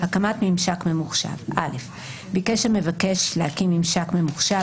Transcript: הקמת ממשק ממוחשב ביקש המבקש להקים ממשק ממוחשב